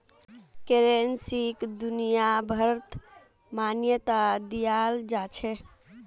करेंसीक दुनियाभरत मान्यता दियाल जाछेक